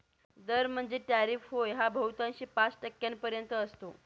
दर म्हणजेच टॅरिफ होय हा बहुतांशी पाच टक्क्यांपर्यंत असतो